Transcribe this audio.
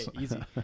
Easy